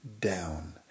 down